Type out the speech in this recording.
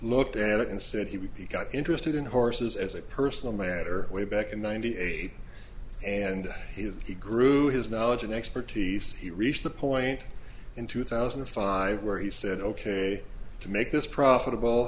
looked at it and said he would got interested in horses as a personal matter way back in ninety eight and his he grew his knowledge and expertise he reached the point in two thousand and five where he said ok to make this profitable